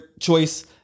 choice